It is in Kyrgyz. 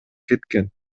кеткен